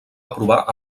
aprovar